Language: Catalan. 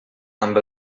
amb